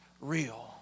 real